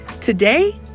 today